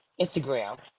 Instagram